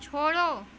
छोड़ो